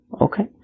Okay